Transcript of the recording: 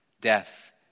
death